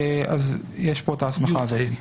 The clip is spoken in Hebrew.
אז יש פה את ההסמכה הזו.